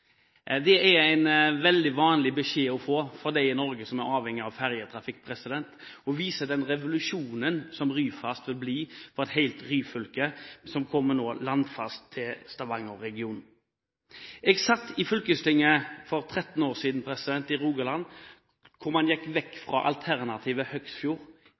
det er en veldig vanlig beskjed å få for dem som er avhengig av ferjetrafikk i Norge. Det viser den revolusjonen som Ryfast vil bli for et helt Ryfylke, der man nå vil komme landfast til Stavanger-regionen. Jeg satt i fylkestinget i Rogaland for 13 år siden, da man gikk vekk fra alternativ Høgsfjord